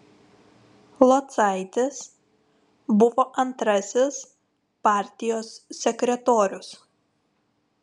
locaitis buvo antrasis partijos sekretorius